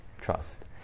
trust